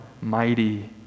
mighty